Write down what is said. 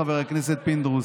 חבר הכנסת פינדרוס.